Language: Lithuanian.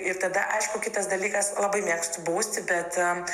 ir tada aišku kitas dalykas labai mėgstu bausti bet